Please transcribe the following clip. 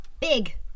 Big